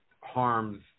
harms